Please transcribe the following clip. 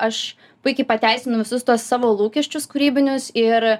aš puikiai pateisinu visus tuos savo lūkesčius kūrybinius ir